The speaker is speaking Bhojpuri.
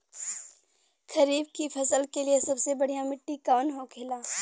खरीफ की फसल के लिए सबसे बढ़ियां मिट्टी कवन होखेला?